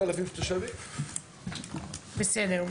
בסדר.